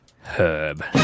herb